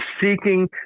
seeking